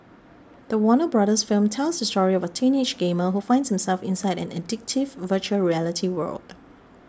the Warner Bros film tells the story of a teenage gamer who finds himself inside an addictive Virtual Reality world